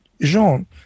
Jean